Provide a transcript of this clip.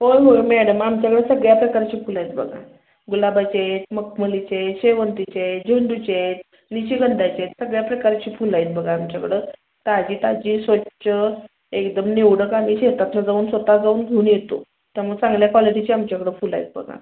होय होय मॅडम आमच्याकडं सगळ्या प्रकारची फुलं आहेत बघा गुलाबाचे आहेत मखमलीचे आहेत शेवंतीचे आहेत झेंडूचे आहेत निशिगंधाचे आहेत सगळ्या प्रकारची फुलं आहेत बघा आमच्याकडं ताजी ताजी स्वच्छ एकदम निवडक आम्ही शेतातनं जाऊन स्वतः जाऊन घेऊन येतो त्यामुळं चांगल्या क्वालिटीची आमच्याकडे फुलं आहेत बघा